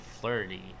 flirty